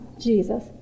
Jesus